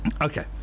Okay